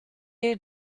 you